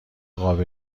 قاب